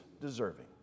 deserving